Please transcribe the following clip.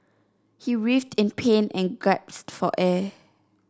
he writhed in pain and gasped for air